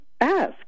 ask